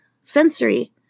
sensory